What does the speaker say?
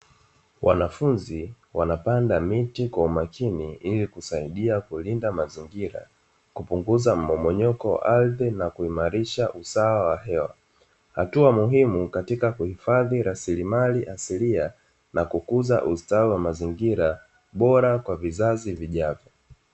Wanafunzi wanapanda miti kwa umakini, ili kusaidia kulinda mazingira, kupunguza mmomonyoko wa ardhi na kuimarisha usawa wa hewa. Hatua muhimu katika kuhifadhi rasilimali asilia, na kukuza ustawi wa mazingira bora kwa vizazi vijavyo.